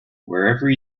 wherever